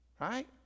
Right